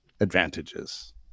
advantages